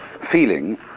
feeling